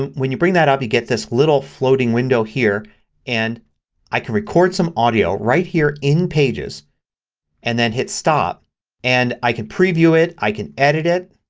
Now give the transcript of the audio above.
and when you bring that up you get this little floating window here and i can record some audio right here in pages and then hit stop and i can preview it, i can edit it,